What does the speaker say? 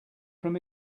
from